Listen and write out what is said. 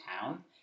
town